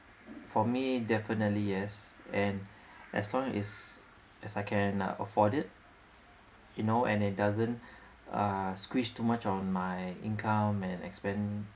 for me definitely yes and as long is as I can afford it you know and it doesn't uh squish too much on my income and expense